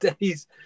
days